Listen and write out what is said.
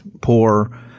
poor